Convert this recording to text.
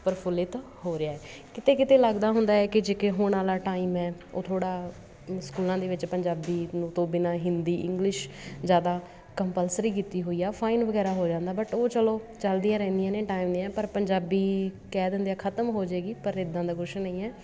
ਪ੍ਰਫੁਲਿਤ ਹੋ ਰਿਹਾ ਹੈ ਕਿਤੇ ਕਿਤੇ ਲੱਗਦਾ ਹੁੰਦਾ ਹੈ ਕਿ ਜੇ ਕੇ ਹੁਣ ਵਾਲਾ ਟਾਈਮ ਹੈ ਉਹ ਥੋੜ੍ਹਾ ਸਕੂਲਾਂ ਦੇ ਵਿੱਚ ਪੰਜਾਬੀ ਨੂੰ ਤੋਂ ਬਿਨਾ ਹਿੰਦੀ ਇੰਗਲਿਸ਼ ਜ਼ਿਆਦਾ ਕੰਪਲਸਰੀ ਕੀਤੀ ਹੋਈ ਆ ਫਾਈਨ ਵਗੈਰਾ ਹੋ ਜਾਂਦਾ ਬਟ ਉਹ ਚਲੋ ਚੱਲਦੀਆਂ ਰਹਿੰਦੀਆਂ ਨੇ ਟਾਈਮ ਦੀਆਂ ਪਰ ਪੰਜਾਬੀ ਕਹਿ ਦਿੰਦੇ ਆ ਖਤਮ ਹੋ ਜਾਵੇਗੀ ਪਰ ਇੱਦਾਂ ਦਾ ਕੁਛ ਨਹੀਂ ਹੈ